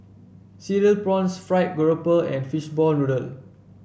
Cereal Prawns fried grouper and Fishball Noodle